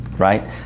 Right